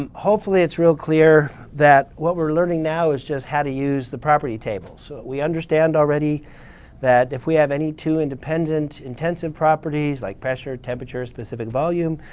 um hopefully it's real clear that what we're learning now is just how to use the property table. so we understand already that if we have any two independent intensive properties like pressure, temperature, specific volume,